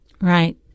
Right